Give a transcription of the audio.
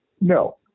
No